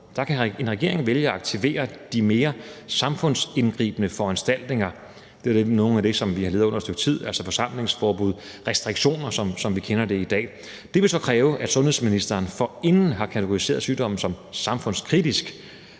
for samfundet vælge at aktivere de mere samfundsindgribende foranstaltninger, det er noget af det, som vi har levet under et stykke tid, altså forsamlingsforbud og restriktioner, som vi kender dem i dag. Det vil så kræve, at sundhedsministeren forinden har kategoriseret sygdommen som samfundskritisk,